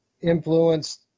influenced